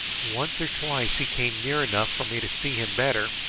once or twice he came near enough for me to see him better,